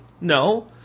No